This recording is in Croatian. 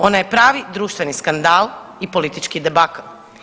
Ona je pravi društveni skandal i politički debakl.